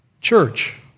Church